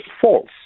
false